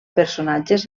personatges